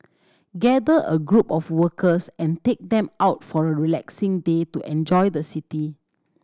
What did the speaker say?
gather a group of workers and take them out for a relaxing day to enjoy the city